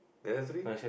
the other three